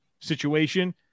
situation